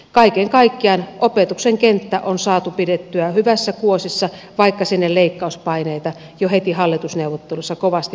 kaiken kaikkiaan opetuksen kenttä on saatu pidettyä hyvässä kuosissa vaikka sinne leikkauspaineita jo heti hallitusneuvotteluissa kovasti tuotiin